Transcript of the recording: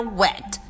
wet